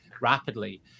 rapidly